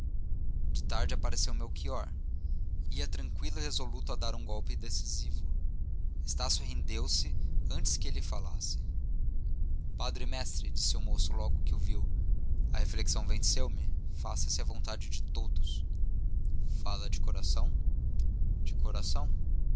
de tarde apareceu melchior ia tranqüilo e resoluto a dar um golpe decisivo estácio rendeu se antes que ele falasse padre mestre disse o moço logo que o viu a reflexão venceu me faça-se a vontade de todos fala de coração de coração